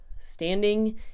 standing